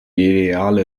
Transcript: ideale